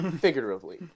Figuratively